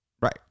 Right